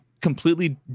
completely